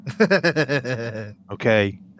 Okay